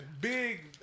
Big